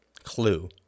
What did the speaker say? clue